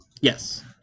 Yes